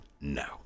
No